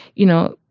you know,